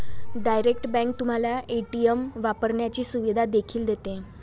direct bank तुम्हाला ATM वापरण्याची सुविधा देखील देते